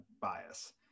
bias